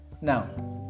Now